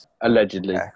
allegedly